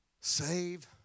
Save